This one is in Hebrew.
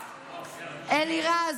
אלירז,